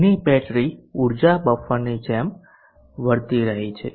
અહીંની બેટરી ઊર્જા બફરની જેમ વર્તી રહી છે